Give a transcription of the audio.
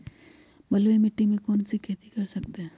बलुई मिट्टी में हम कौन कौन सी खेती कर सकते हैँ?